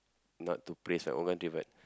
not to praise my own country but